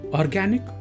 organic